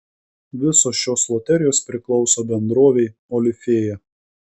visos šios loterijos priklauso bendrovei olifėja